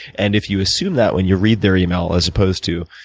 and if you assume that when you read their email as opposed to